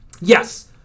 Yes